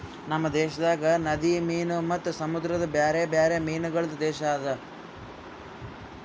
ನಮ್ ದೇಶದಾಗ್ ನದಿ ಮೀನು ಮತ್ತ ಸಮುದ್ರದ ಬ್ಯಾರೆ ಬ್ಯಾರೆ ಮೀನಗೊಳ್ದು ದೇಶ ಅದಾ